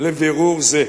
לבירור זה.